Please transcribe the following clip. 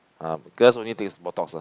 ah girls only take botox lah